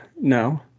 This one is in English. No